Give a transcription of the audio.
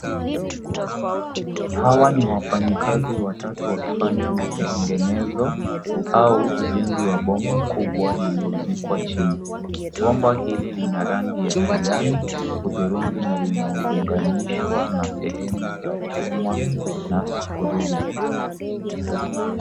Hawa ni wafanyakazi watatu wakifanya matengenezo, au ujenzi wa bomba kubwa lililozikwa chini. Bomba hili lina rangi ya kijani, hudhurungi na linaunganishwa na sehemu ya chuma na skurubu.